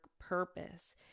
purpose